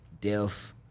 death